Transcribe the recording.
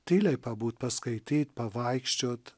tyliai pabūt paskaityt pavaikščiot